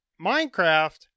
Minecraft